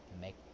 make